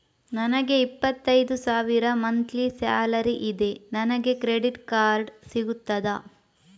ನನಗೆ ಇಪ್ಪತ್ತೈದು ಸಾವಿರ ಮಂತ್ಲಿ ಸಾಲರಿ ಇದೆ, ನನಗೆ ಕ್ರೆಡಿಟ್ ಕಾರ್ಡ್ ಸಿಗುತ್ತದಾ?